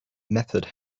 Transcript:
method